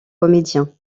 comédien